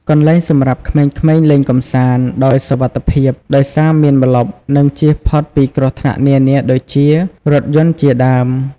កន្លែងសម្រាប់ក្មេងៗលេងកម្សាន្ត ដោយសុវត្ថិភាព ដោយសារមានម្លប់ និងជៀសផុតពីគ្រោះថ្នាក់នានាដូចជា រថយន្តជាដើម ។